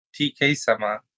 TK-sama